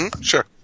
Sure